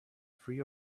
free